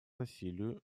насилию